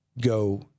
go